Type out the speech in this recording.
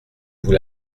vous